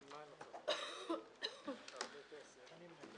הישיבה ננעלה